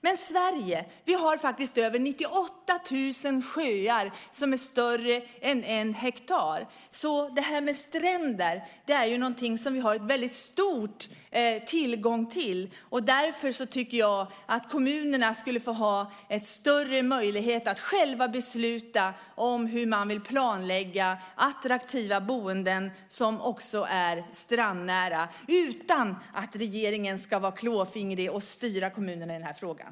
Men Sverige har faktiskt över 98 000 sjöar som är större än en hektar. Stränder är någonting vi har en väldigt stor tillgång till. Därför tycker jag att kommunerna borde få en större möjlighet att själva besluta om hur de vill planlägga attraktiva boenden som också är strandnära utan att regeringen ska vara klåfingrig och styra kommunerna i frågan.